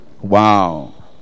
Wow